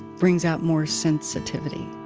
brings out more sensitivity.